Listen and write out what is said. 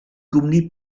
gwmni